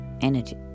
Energy